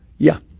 yeah.